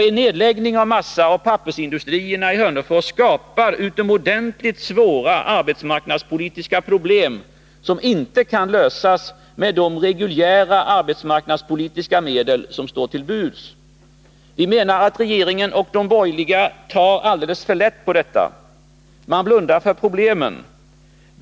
En nedläggning av massaoch pappersindustrierna i Hörnefors skapar utomordentligt svåra arbetsmarknadspolitiska problem, som inte kan lösas med de reguljära arbetsmarknadspolitiska medel som står till buds. Vi menar att regeringen och de borgerliga utskottsledamöterna tar alldeles för lätt på detta. Man blundar för problemen.